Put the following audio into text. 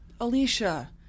Alicia